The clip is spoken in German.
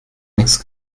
nichts